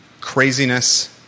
craziness